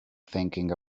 thinking